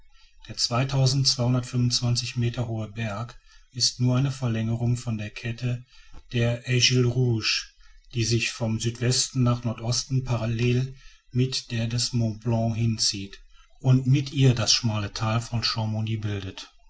der meter hohe berg ist nur eine verlängerung von der kette der aiguilles rouges die sich von südwest nach nordost parallel mit der des mont blanc hinzieht und mit ihr das schmale thal von chamouni bildet